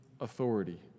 authority